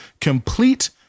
complete